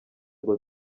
ngo